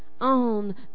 on